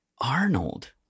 Arnold